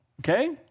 Okay